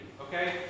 okay